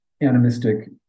animistic